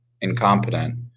incompetent